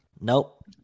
nope